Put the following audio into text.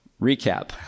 Recap